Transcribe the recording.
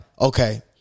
Okay